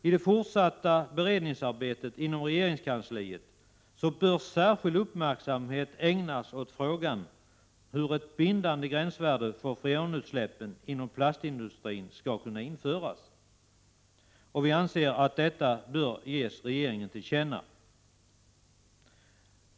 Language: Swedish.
I det fortsatta beredningsarbetet inom regeringskansliet bör särskild uppmärksamhet ägnas åt frågan hur ett bindande gränsvärde för freonutsläppen inom plastindustrin skall kunna införas. Moderaterna anser att detta bör ges regeringen till känna.